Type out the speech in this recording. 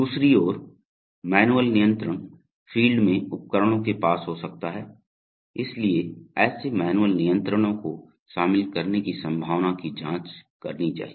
दूसरी ओर मैनुअल नियंत्रण फील्ड में उपकरणों के पास हो सकता है इसलिए ऐसे मैनुअल नियंत्रणों को शामिल करने की संभावना की जांच की करनी चाहिए